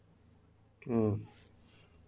um